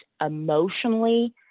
emotionally